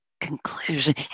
conclusion